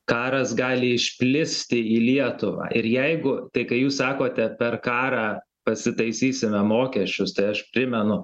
karas gali išplisti į lietuvą ir jeigu tai ką jūs sakote per karą pasitaisysime mokesčius tai aš primenu